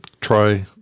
try